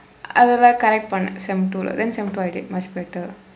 அதெல்லாம்:athellaam correct பண்ணேன்:panneen sem two இல்ல:illa then sem two I did much better